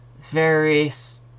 various